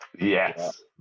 Yes